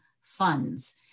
funds